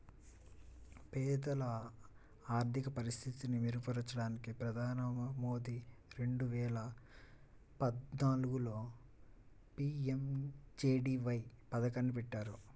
పేదల ఆర్థిక పరిస్థితిని మెరుగుపరచడానికి ప్రధాని మోదీ రెండు వేల పద్నాలుగులో పీ.ఎం.జే.డీ.వై పథకాన్ని పెట్టారు